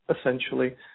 essentially